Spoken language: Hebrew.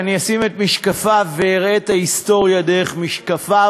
שאני אשים את משקפיו ואראה את ההיסטוריה דרך משקפיו?